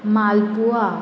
malpua